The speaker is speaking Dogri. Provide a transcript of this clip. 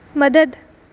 मदद